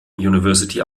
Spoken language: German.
university